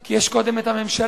כי יש קודם את הממשלה,